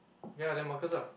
ya then Marcus lah